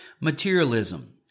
materialism